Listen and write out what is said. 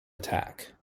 attack